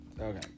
Okay